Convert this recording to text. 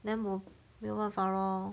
then bo 没有办法 lor